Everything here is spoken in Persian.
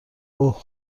اوه